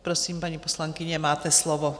Prosím, paní poslankyně, máte slovo.